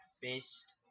based